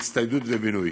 הצטיידות ובינוי.